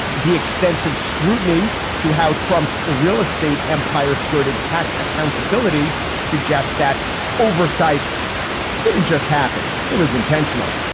the extensive scrutiny to how trump's real estate empire skirted tax accountability suggests that oversight didn't just happen. it was intentional.